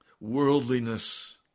worldliness